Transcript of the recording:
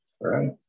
Right